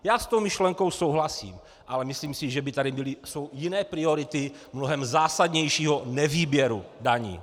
Já s tou myšlenku souhlasím, ale myslím si, že tady jsou jiné priority mnohem zásadnějšího nevýběru daní.